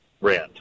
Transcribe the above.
rent